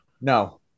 No